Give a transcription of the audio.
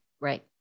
Right